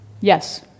Yes